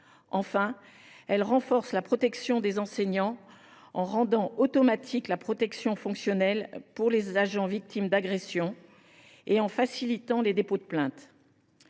de loi renforce la protection des enseignants, en rendant automatique la protection fonctionnelle des agents victimes d’agression et en facilitant les dépôts de plainte.